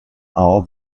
all